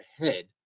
ahead